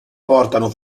portano